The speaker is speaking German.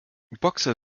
boxer